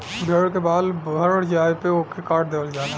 भेड़ के बाल बढ़ जाये पे ओके काट देवल जाला